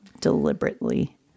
deliberately